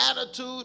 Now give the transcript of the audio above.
attitude